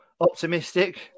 optimistic